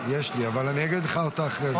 יש לי, אבל אני אגיד לך אותה אחרי זה.